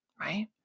right